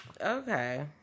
Okay